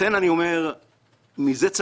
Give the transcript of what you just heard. לכן לדעתי יש לרדת מזה,